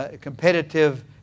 competitive